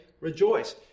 Rejoice